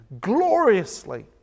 gloriously